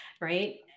right